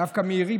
דווקא מעירי,